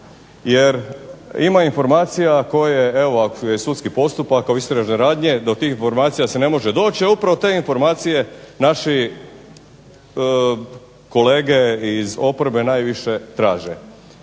Jer ima informacija koje, ako je sudski postupak, istražne radne, to tih informacija se ne može doći, upravo te informacije naši kolege iz oporbe najviše traže.